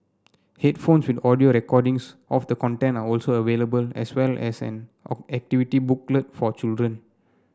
headphones with audio recordings of the content are also available as well as an all activity booklet for children